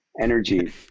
energy